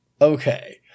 Okay